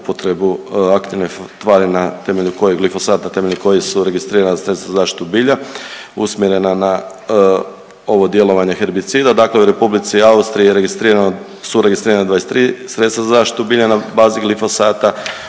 upotrebu aktivne tvari na temelju kojeg glifosata temeljem kojih su registrirana sredstva za zaštitu bilja usmjerena na ovo djelovanje herbicida. Dakle u Republici Austriji je registrirano, su registrirana 23 sredstva za zaštitu bilja na bazi glifosata,